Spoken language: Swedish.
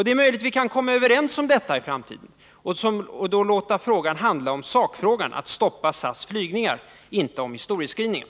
Det är möjligt att vi kan komma överens om det i framtiden och då låta debatten handla om sakfrågan, nämligen om att stoppa SAS flygningar, och inte om historieskrivningen.